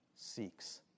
seeks